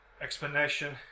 explanation